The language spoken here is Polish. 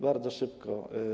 Bardzo szybko.